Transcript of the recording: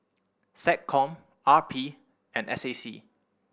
SecCom R P and S A C